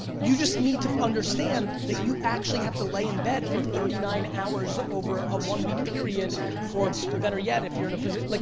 you just need to understand that you actually have to lay in bed for thirty nine hours over a one week period or better yet, if you're in a position. like